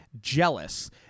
jealous